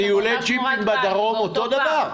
וטיולי ג'יפים בדרום אותו דבר.